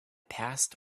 past